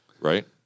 Right